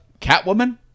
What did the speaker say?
Catwoman